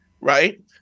right